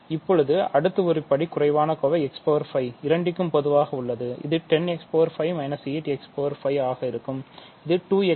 இப்போது அடுத்து ஒரு படி குறைவான கோவை x5 இரண்டிற்கும் பொதுவாக உள்ளது இது 10 x 5 8x5 ஆக இருக்கும் இது 2x5